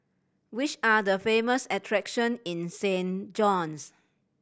which are the famous attraction in Saint John's